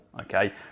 Okay